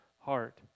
heart